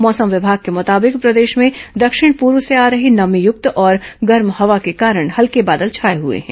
मौसम विभाग के मुताबिक प्रदेश में दक्षिण पर्व से आ रही नमीयुक्त और गर्म हवा के कारण हल्के बादल छाए हए हैं